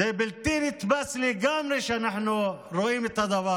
זה בלתי נתפס לגמרי כשאנחנו רואים את הדבר.